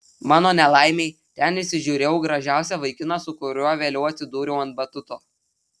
mano nelaimei ten įsižiūrėjau gražiausią vaikiną su kuriuo vėliau atsidūriau ant batuto